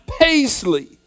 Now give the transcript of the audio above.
paisley